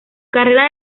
carrera